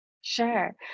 Sure